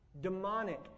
demonic